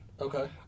Okay